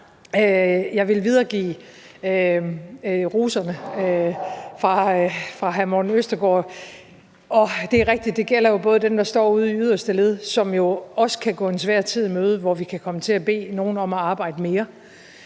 jeg vil videregive rosen fra hr. Morten Østergaard, og det er rigtigt, at det både gælder dem, der står ude i yderste led, som jo også kan gå en svær tid i møde, hvor vi kan komme til at bede nogle om at arbejde mere.